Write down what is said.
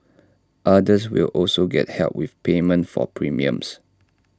others will also get help with payment for premiums